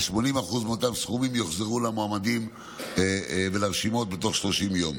ו-80% מאותם סכומים יוחזרו למועמדים ולרשימות בתוך 30 יום.